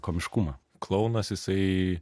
komiškumą klounas jisai